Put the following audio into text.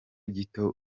gito